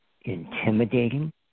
intimidating